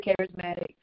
charismatic